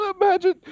Imagine